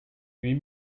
huit